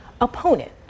opponent